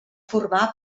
formar